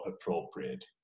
appropriate